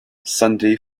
sunday